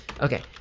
okay